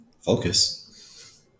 Focus